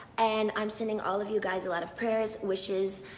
and i'm sending all of you guys a lot of prayers, wishes,